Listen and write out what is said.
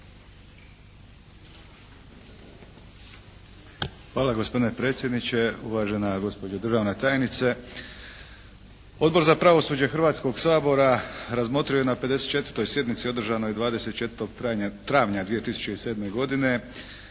Hvala gospodine predsjedniče. Uvažena gospođo državna tajnice. Odbor za pravosuđe Hrvatskog sabora razmotrio je na 54. sjednici održanoj 24. travnja 2007. godine